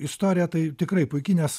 istorija tai tikrai puiki nes